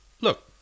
Look